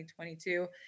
2022